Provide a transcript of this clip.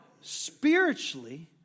spiritually